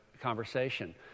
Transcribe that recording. conversation